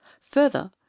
further